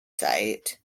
site